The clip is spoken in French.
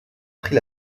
pris